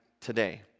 today